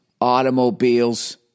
automobiles